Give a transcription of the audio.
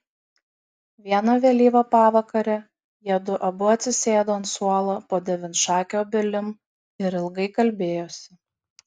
vieną vėlyvą pavakarę jiedu abu atsisėdo ant suolo po devynšake obelim ir ilgai kalbėjosi